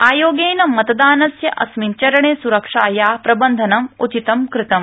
आयोगेनमतदानस्य अस्मिन् चरणे स्रक्षाया प्रबन्धनम् उचितं कृतम्